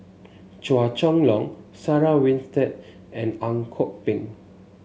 Chua Chong Long Sarah Winstedt and Ang Kok Peng